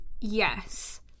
Yes